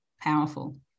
powerful